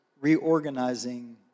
reorganizing